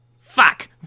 fuck